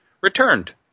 returned